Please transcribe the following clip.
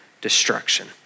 destruction